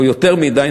או יותר מדי,